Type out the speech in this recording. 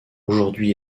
aujourd’hui